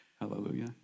Hallelujah